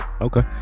okay